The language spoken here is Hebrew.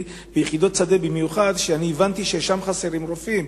ביחידות שדה במיוחד, שהבנתי ששם חסרים רופאים.